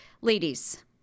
ladies